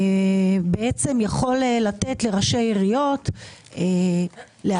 הוא בעצם יכול לתת לראשי עיריות להגדיל